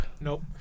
Nope